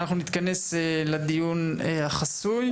נתכנס לדיון החסוי.